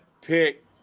pick